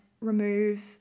remove